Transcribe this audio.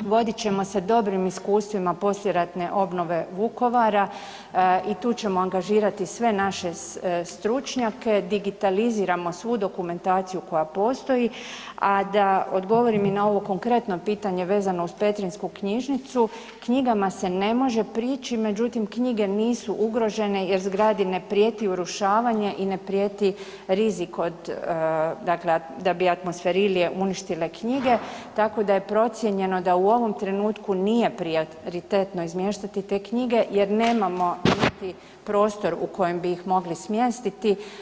vodit ćemo se dobrim iskustvima poslijeratne obnove Vukovara i tu ćemo angažirati sve naše stručnjake, digitaliziramo svu dokumentaciju koja postoji a da odgovorim i na ovo konkretno pitanje vezano uz petrinjsku knjižnicu, knjigama se ne može prići međutim knjige nisu ugrožene jer zgradi ne prijeti urušavanje i ne prijeti rizik od dakle da bi atmosferilije uništile knjige, tako da je procijenjeno da u ovom trenutku nije prioritetno izmještati te knjige jer nemamo niti prostor u kojem bi ih mogli smjestiti.